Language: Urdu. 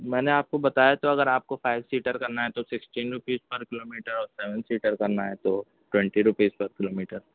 میں نے آپ کو بتایا تو اگر آپ کو فائیو سیٹر کرنا ہے تو سکسٹین روپیز پر کلو میٹر اور سیون سیٹر کرنا ہے تو ٹوینٹی روپیز پر کلو میٹر